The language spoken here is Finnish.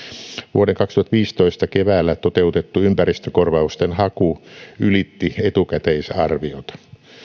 vuoden kaksituhattaviisitoista keväällä toteutettu ympäristökorvausten haku ylitti etukäteisarviot